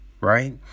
Right